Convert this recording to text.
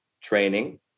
training